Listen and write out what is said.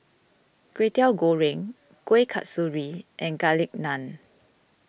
Kway Teow Goreng Kuih Kasturi and Garlic Naan